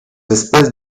espèces